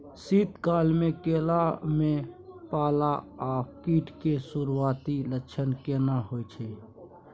शीत काल में केला में पाला आ कीट के सुरूआती लक्षण केना हौय छै?